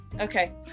Okay